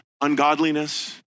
ungodliness